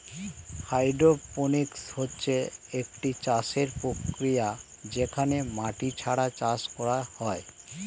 hydroponics হচ্ছে একটি চাষের প্রক্রিয়া যেখানে মাটি ছাড়া চাষ করা হয়